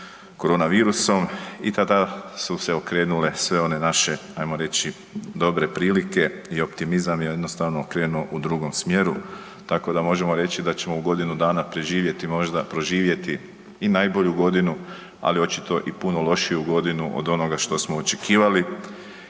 koronavirusom i tada su se okrenule sve one naše, ajmo reći, dobre prilike i optimizam i jednostavno je krenuo u drugom smjeru, tako da možemo reći da ćemo u godinu dana preživjeti možda, proživjeti i najbolju godinu, ali očito i puno lošiju godinu od onoga što smo očekivali